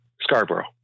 Scarborough